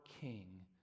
king